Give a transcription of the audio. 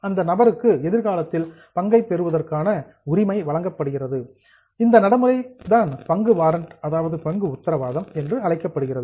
அந்த நபருக்கு எதிர்காலத்தில் பங்கை பெறுவதற்கான உரிமை வழங்கப்படுகிறது இந்த நடைமுறைதான் பங்கு வாரண்ட் அதாவது பங்கு உத்தரவாதம் என்று அழைக்கப்படுகிறது